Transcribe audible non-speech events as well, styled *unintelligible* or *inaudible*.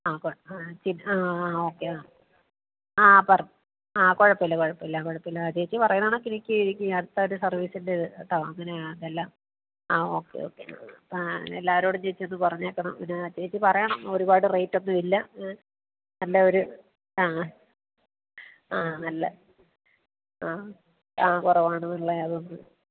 ആ കൊ ആ ചെ ആ ഓക്കെ ആ ആ പറ ആ കുഴപ്പമില്ല കുഴപ്പമില്ല കുഴപ്പമില്ല ചേച്ചി പറയുന്ന കണക്ക് ഇരിക്കും എനിക്ക് അടുത്തായിട്ട് സർവീസിൻ്റെ ഇത് കേട്ടോ അങ്ങനെ ആ ഇതെല്ലാം ആ ഓക്കെ ഓക്കെ ആ ആ എല്ലാവരോടും ചേച്ചി ഒന്ന് പറഞ്ഞേക്കണം പിന്നെ ചേച്ചി പറയണം ഒരുപാട് റേറ്റ് ഒന്നും ഇല്ല ഏ നല്ല ഒരു ആ ആ നല്ല ആ ആ കുറവാണ് *unintelligible*